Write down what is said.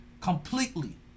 Completely